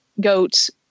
goats